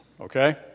okay